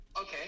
Okay